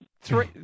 Three